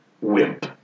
wimp